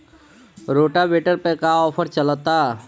Rotavator पर का offer चलता?